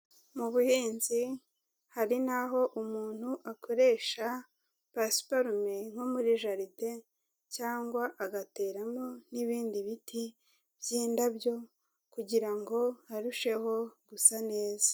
Mu buhinzi hari n'aho umuntu akoresha pasiparume nko muri jaride cyangwa agateramo n'ibindi biti by'indabyo kugira ngo harusheho gusa neza.